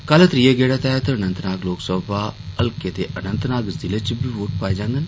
कल त्रीऐ गेड़ तैह्त अनंतनाग लोकसभा हल्के दे अनंतनाग ज़िले च बी वोट पाए जांडन